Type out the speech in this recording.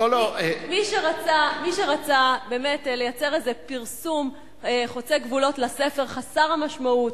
מי שרצה באמת לייצר איזה פרסום חוצה גבולות לספר חסר המשמעות,